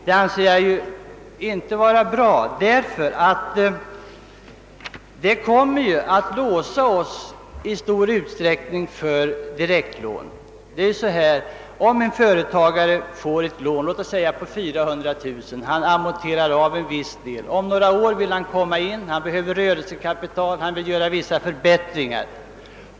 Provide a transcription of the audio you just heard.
Detta anser jag inte vara bra, ty det kommer ju i stor utsträckning att låsa OSS. Låt oss ta som exempel att en företagare får ett garantilån på 400 000 kronor. Han amorterar en viss del. Om några år kommer han igen. Han behöver rörelsekapital till vissa förbättringar.